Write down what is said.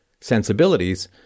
sensibilities